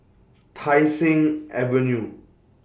Tai Seng Avenue